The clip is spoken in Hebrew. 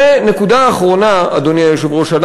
אדוני היושב-ראש,